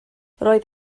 roedd